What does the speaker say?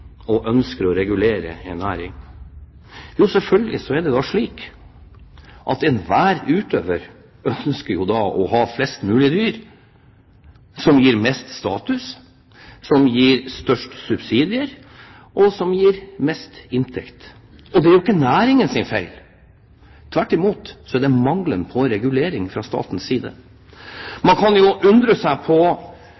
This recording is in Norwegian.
og ønsker å regulere en næring? Selvfølgelig er det slik at enhver utøver ønsker å ha flest mulig dyr, som gir mest status, som gir størst subsidier, og som gir mest inntekt. Det er jo ikke næringens feil – tvert imot er det mangelen på regulering fra statens side.